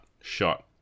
shot